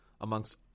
amongst